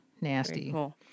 Nasty